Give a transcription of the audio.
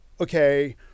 okay